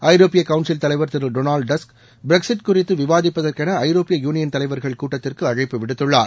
ஐரோப்பிய கவுன்சில் தலைவர் திரு டொனால்ட் டஸ்க் பிரக்ஸிட் குறித்து விவாதிப்பதற்கென ஜரோப்பிய யூனியன் தலைவர்கள் கூட்டத்திற்கு அழைப்பு விடுத்தள்ளார்